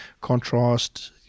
contrast